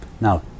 Now